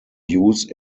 use